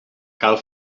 cal